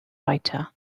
writer